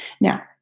Now